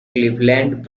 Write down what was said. cleveland